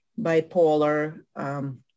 bipolar